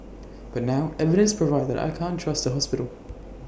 but now evidence provide that I can't trust the hospital